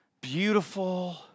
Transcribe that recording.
beautiful